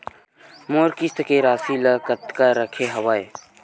मोर किस्त के राशि ल कतका रखे हाव?